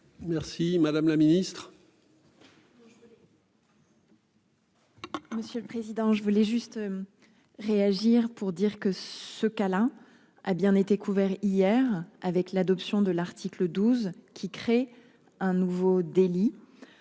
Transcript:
Merci madame la ministre. Monsieur le président. Je voulais juste. Réagir pour dire que ce qu'Alain a bien été couvert hier avec l'adoption de l'article 12 qui crée un nouveau délit.